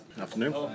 Afternoon